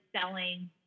selling